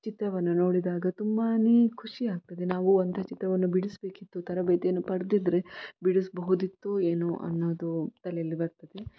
ಚಿತ್ರವನ್ನು ನೋಡಿದಾಗ ತುಂಬಾ ಖುಷಿ ಆಗ್ತದೆ ನಾವು ಅಂಥ ಚಿತ್ರವನ್ನು ಬಿಡಿಸಬೇಕಿತ್ತು ತರಬೇತಿಯನ್ನು ಪಡೆದಿದ್ರೆ ಬಿಡಿಸಬಹುದಿತ್ತೋ ಏನೋ ಅನ್ನೋದು ತಲೇಲಿ ಬರ್ತದೆ